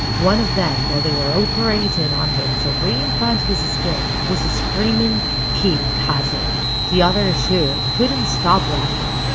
one of them, while they were operating on him to reimplant his skin, was screaming keep cutting the other two couldn't stop laughing.